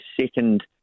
second